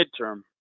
midterm